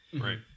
Right